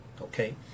Okay